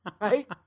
right